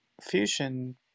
fusion